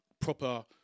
proper